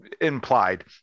implied